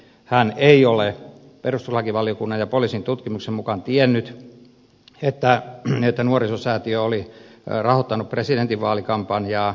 hän ei ole perustuslakivaliokunnan ja poliisin tutkimuksen mukaan tiennyt että nuorisosäätiö oli rahoittanut presidentinvaalikampanjaa